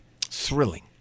Thrilling